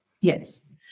Yes